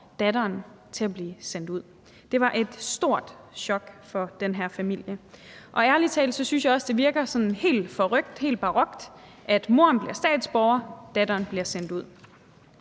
datteren til at blive sendt ud. Det var et stort chok for den her familie. Og ærlig talt synes jeg også, det virker sådan helt forrykt, helt barokt, at moderen bliver statsborger, mens datteren bliver sendt ud.